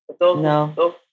No